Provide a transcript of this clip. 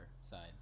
side